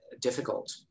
difficult